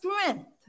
strength